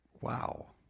wow